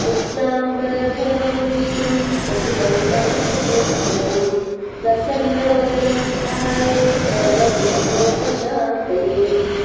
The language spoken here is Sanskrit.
शुक्लाम्बरधरं विष्णुं शशिवर्णं चतुर्भुजम् प्रसन्नवदनं ध्यायेत् सर्वविघ्नोपशान्तये